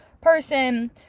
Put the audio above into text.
person